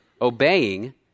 obeying